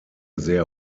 sehr